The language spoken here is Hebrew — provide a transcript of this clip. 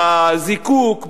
בזיקוק,